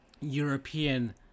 European